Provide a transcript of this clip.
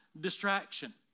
distraction